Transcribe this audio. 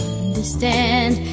understand